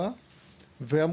זה עניין של ניהול סיכונים,